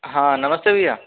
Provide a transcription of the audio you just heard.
हाँ नमस्ते भैया